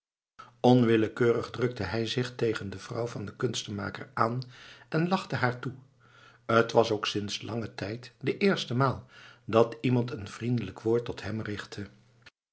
onwillekeurig drukte hij zich tegen de vrouw van der kunstenmaker aan en lachte haar toe t was ook sinds langen tijd de eerste maal dat iemand een vriendelijk woord tot hem richtte